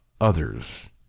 others